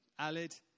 Alid